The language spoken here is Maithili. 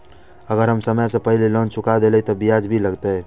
अगर हम समय से पहले लोन चुका देलीय ते ब्याज भी लगते?